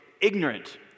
ignorant